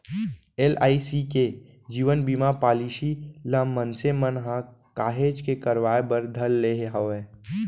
LIC के जीवन बीमा पॉलीसी ल मनसे मन ह काहेच के करवाय बर धर ले हवय